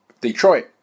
Detroit